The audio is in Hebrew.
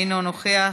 אינו נוכח,